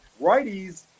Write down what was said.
Righties